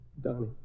Donnie